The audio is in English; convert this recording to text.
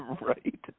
Right